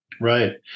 Right